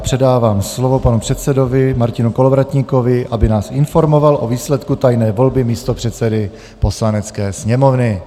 Předávám slovo panu předsedovi Martinu Kolovratníkovi, aby nás informoval o výsledku tajné volby místopředsedy Poslanecké sněmovny.